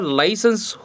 license